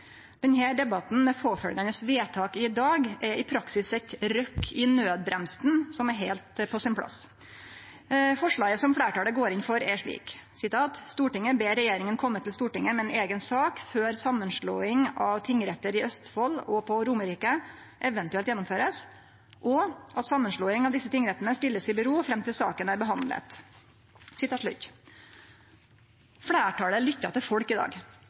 debatten, med påfølgjande vedtak i dag, er i praksis eit rykk i nødbremsen som er heilt på sin plass. Forslaget som fleirtalet går inn for, er slik: «Stortinget ber regjeringen komme til Stortinget med en egen sak før sammenslåing av tingretter i Østfold og på Romerike eventuelt gjennomføres, og at sammenslåing av disse tingrettene stilles i bero frem til saken er behandlet.» Fleirtalet lyttar til folk i dag.